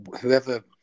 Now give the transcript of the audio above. whoever